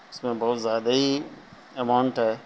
اس میں بہت زیادہ ہی اماؤنٹ ہے